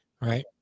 right